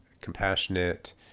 compassionate